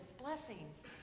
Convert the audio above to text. blessings